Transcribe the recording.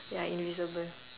ya invisible